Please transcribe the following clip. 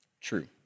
true